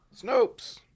Snopes